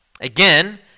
Again